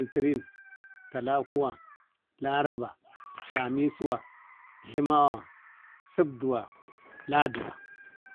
Litiri. talaguwa. laraba. lamisuwa. subduwa. laduwa